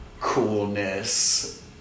coolness